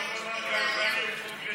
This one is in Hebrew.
וכמה אחוזי אבטלה יש באיטליה?